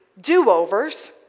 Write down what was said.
do-overs